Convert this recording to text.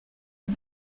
abu